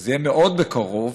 זה יהיה מאוד בקרוב,